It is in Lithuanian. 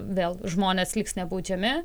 vėl žmonės liks nebaudžiami